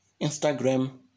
Instagram